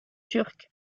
turc